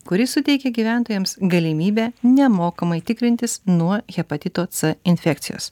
kuri suteikė gyventojams galimybę nemokamai tikrintis nuo hepatito c infekcijos